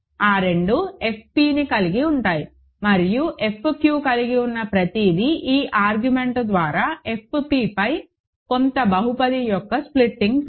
ఆ రెండూ F p ని కలిగి ఉంటాయి మరియు F q కలిగి ఉన్న ప్రతిదీ ఈ ఆర్గ్యుమెంట్ ద్వారా F pపై కొంత బహుపది యొక్క స్ప్లిటింగ్ ఫీల్డ్